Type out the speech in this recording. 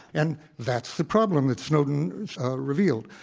and that's the problem, that snowden revealed.